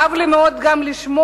כאב לי מאוד גם לשמוע